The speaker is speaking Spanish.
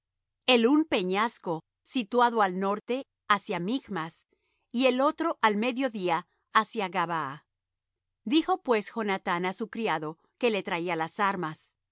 el un peñasco situado al norte hacia michmas y el otro al mediodía hacia gabaa dijo pues jonathán á su criado que le traía las armas